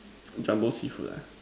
Jumbo seafood lah